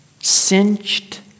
cinched